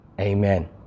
amen